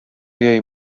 jej